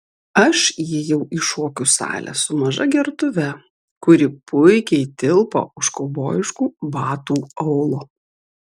aš įėjau į šokių salę su maža gertuve kuri puikiai tilpo už kaubojiškų batų aulo